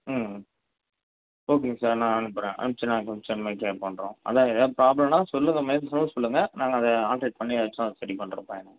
ம் ம் ஓகேங்க சார் நான் அனுப்புறேன் அனுப்பிச்சி நான் கொஞ்சம் பண்ணுறோம் அதான் எதா பிராப்லம்னா சொல்லுங்க இது மாதிரினு சொல்லுங்க நாங்கள் அதை ஆல்டர்னேட் பண்ணி எதாச்சு அதை சரி பண்ணுறோம்